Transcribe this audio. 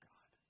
God